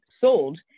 sold